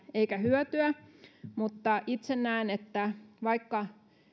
eikä hyötyä mutta itse näen että vaikka